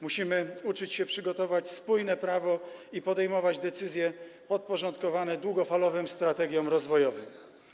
Musimy uczyć się przygotowywać spójne prawo i podejmować decyzje podporządkowane długofalowym strategiom rozwojowym.